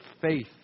faith